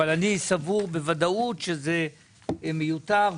אבל אני סבור בוודאות שזה מיותר,